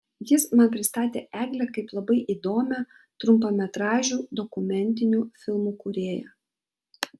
jis man pristatė eglę kaip labai įdomią trumpametražių dokumentinių filmų kūrėją